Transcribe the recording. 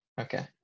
Okay